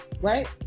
Right